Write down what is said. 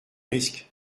risque